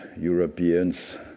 Europeans